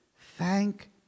thank